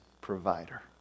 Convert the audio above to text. provider